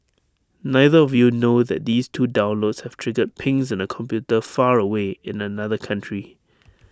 neither of you know that these two downloads have triggered pings in A computer far away in another country